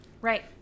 right